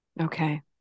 okay